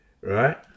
right